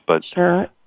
Sure